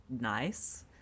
nice